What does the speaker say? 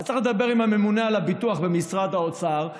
אז צריך לדבר עם הממונה על הביטוח במשרד האוצר,